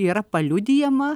yra paliudijama